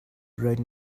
right